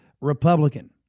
Republican